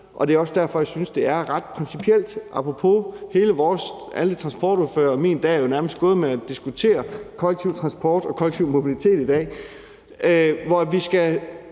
Det er også derfor, at jeg synes, at det er ret principielt. Min og alle transportordføreres dag her er jo nærmest gået med at diskutere kollektiv transport og kollektiv mobilitet, og vi skal